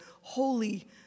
holy